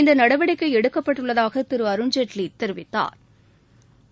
இந்த நடவடிக்கை எடுக்கப்பட்டுள்ளதாக திரு அருண்ஜேட்லி தெரிவித்தாா்